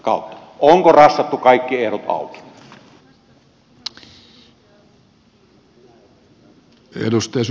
onko rassattu kaikki ehdot auki